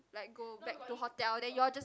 like go back to hotel then you all just